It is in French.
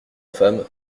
femme